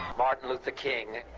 martin luther king